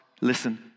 listen